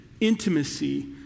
intimacy